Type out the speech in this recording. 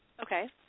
Okay